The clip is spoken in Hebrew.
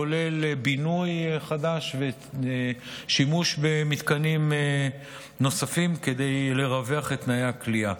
כולל בינוי חדש ושימוש במתקנים נוספים כדי לרווח את תנאי הכליאה.